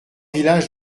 village